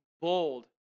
bold